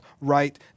right